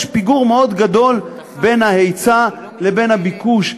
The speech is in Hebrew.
יש פיגור מאוד גדול בין ההיצע לבין הביקוש,